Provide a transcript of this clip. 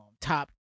top